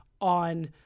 on